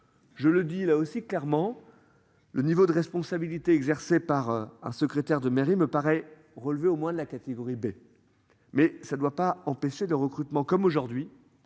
Je le dis là aussi clairement. Le niveau de responsabilité exercée par un secrétaire de mairie me paraît relever au moins de la catégorie B. Mais ça doit pas empêcher de recrutement comme aujourd'hui